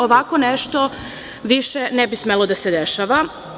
Ovako nešto više ne bi smelo da se dešava.